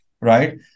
Right